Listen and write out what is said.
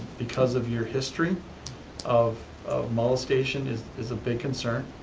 because of your history of of molestation, is is a big concern,